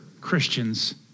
Christians